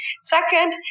Second